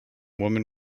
women